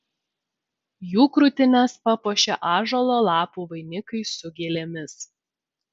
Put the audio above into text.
jų krūtines papuošė ąžuolo lapų vainikai su gėlėmis